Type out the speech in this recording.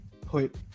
put